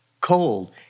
cold